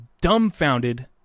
dumbfounded